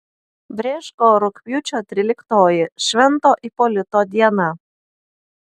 brėško rugpjūčio tryliktoji švento ipolito diena